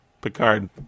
Picard